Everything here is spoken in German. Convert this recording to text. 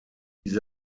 diese